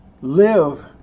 live